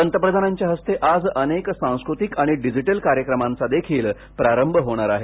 पंतप्रधानांच्या हस्ते उद्या अनेक सांस्कृतिक आणि डिजिटल कार्यक्रमांचाही प्रारंभ होणार आहे